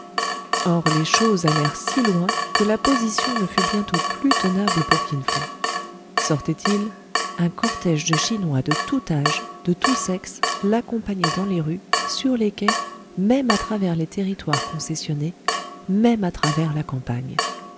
or les choses allèrent si loin que la position ne fut bientôt plus tenable pour kin fo sortait-il un cortège de chinois de tout âge de tout sexe l'accompagnait dans les rues sur les quais même à travers les territoires concessionnés même à travers la campagne